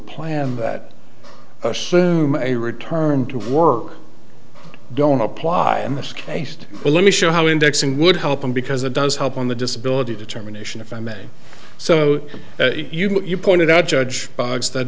plan that assume a return to work don't apply in this case let me show how indexing would help him because it does help on the disability determination if i may so you pointed out judge biogs that